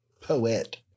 poet